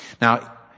Now